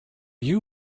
you